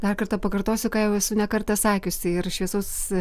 dar kartą pakartosiu ką jau esu ne kartą sakiusi ir šviesaus